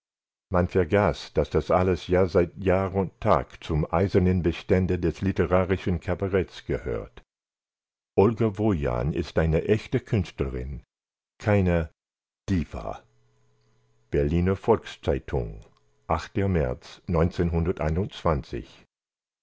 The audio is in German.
man vergaß daß das alles ja seit jahr und tag zum eisernen bestände des literarischen kabaretts gehört olga wojan ist eine echte künstlerin keine diva berliner volks-zeitung märz